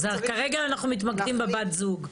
כרגע אנחנו מתמקדים בבת הזוג.